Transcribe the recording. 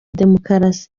demokarasi